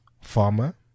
farmer